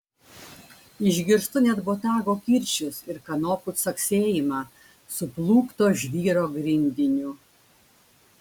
išgirstu net botago kirčius ir kanopų caksėjimą suplūkto žvyro grindiniu